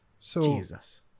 Jesus